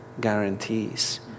guarantees